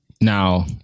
Now